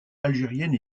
algérienne